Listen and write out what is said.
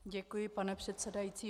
Děkuji, pane předsedající.